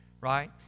Right